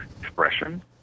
expression